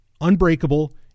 Unbreakable